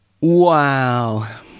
wow